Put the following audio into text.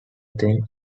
think